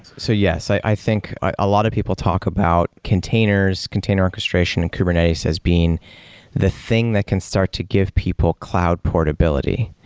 so yes. i think a ah lot of people talk about containers, container orchestration and kubernetes as being the thing that can start to give people cloud portability,